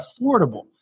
affordable